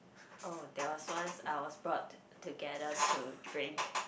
oh there was once I was brought together to drink